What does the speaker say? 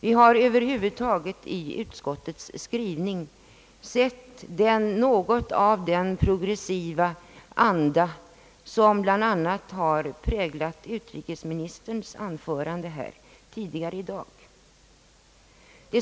Vi har över huvud taget i utskottets skrivning funnit något av den progressiva anda, som bl.a. har präglat utrikesministerns anförande här tidigare i dag.